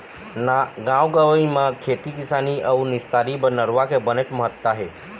गाँव गंवई म खेती किसानी अउ निस्तारी बर नरूवा के बनेच महत्ता हे